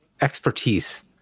expertise